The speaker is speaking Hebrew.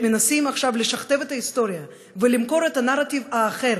לשכתב את ההיסטוריה ולמכור את הנרטיב האחר,